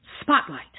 spotlight